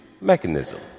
mechanism